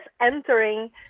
entering